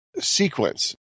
sequence